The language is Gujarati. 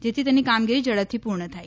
જેથી તેની કામગીરી ઝડપથી પૂર્ણ થાય